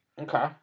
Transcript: Okay